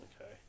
Okay